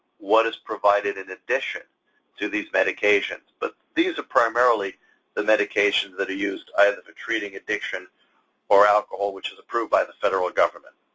what is provided in addition to these medications? but these are primarily the medications that are used either for treating addiction or alcohol which is approved by the federal government.